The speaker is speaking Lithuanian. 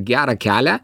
gerą kelią